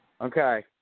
Okay